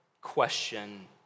question